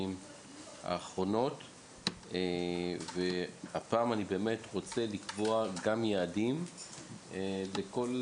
האחרונות והפעם אני רוצה לקבוע גם יעדים לכל